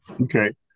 Okay